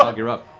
um you're up.